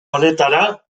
honetara